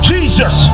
Jesus